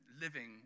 living